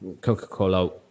Coca-Cola